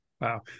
Wow